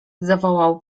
zawołał